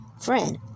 Friend